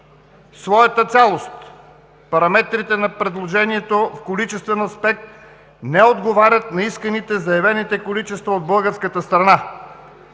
своята цялост параметрите на предложението в количествен аспект не отговарят на исканите, заявените количества от българската страна.